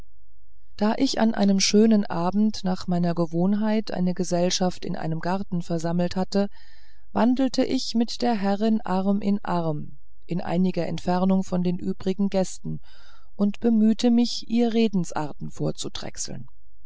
da ich an einem schönen abend nach meiner gewohnheit eine gesellschaft in einem garten versammelt hatte wandelte ich mit der herrin arm in arm in einiger entfernung von den übrigen gästen und bemühte mich ihr redensarten